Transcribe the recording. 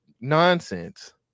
nonsense